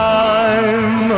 time